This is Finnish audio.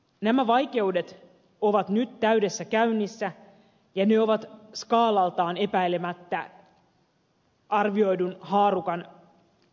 nämä vaikeudet ovat nyt täydessä käynnissä ja ne ovat skaalaltaan epäilemättä arvioidun haarukan huonommassa päässä